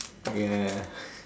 ya